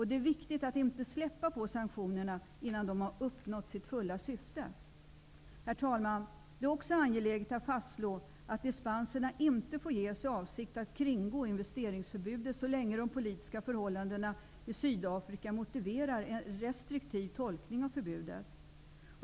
Det är viktigt att inte släppa på sanktionerna innan de har uppnått sitt fylla syfte. Herr talman! Det är också angeläget att fastslå att dispenserna inte får ges i avsikt att kringgå investeringsförbudet, så länge de politiska förhållandena i Sydafrika motiverar en restriktiv tolkning av förbudet.